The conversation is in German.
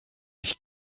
ich